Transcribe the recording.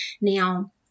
Now